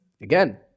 again